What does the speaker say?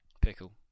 Pickle